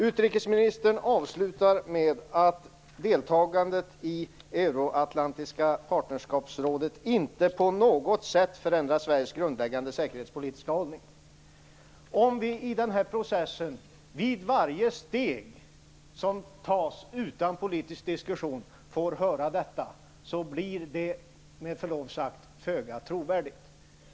Utrikesministern avslutar med att deltagandet i Euroatlantiska partnerskapsrådet inte på något sätt förändrar Sveriges grundläggande säkerhetspolitiska hållning. Om vi i den här processen vid varje steg som tas utan politisk diskussion får höra detta, blir det med förlov sagt föga trovärdigt.